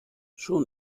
schon